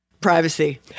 Privacy